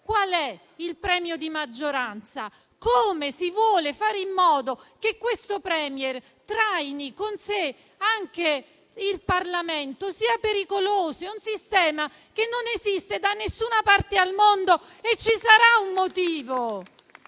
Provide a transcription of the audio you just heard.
qual è il premio di maggioranza e come si vuole fare in modo che il *Premier* traini con sé anche il Parlamento. È un sistema che non esiste da nessuna parte al mondo, e ci sarà un motivo.